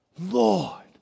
Lord